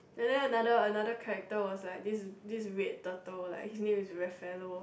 and then another another character was like this this red turtle like his name is raphaelo